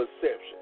perception